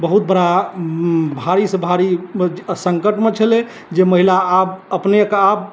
बहुत बड़ा भारीसँ भारी संकटमे छलै जे महिला आब अपनेक आब